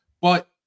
But-